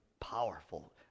powerful